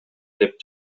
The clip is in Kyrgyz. деп